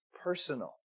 personal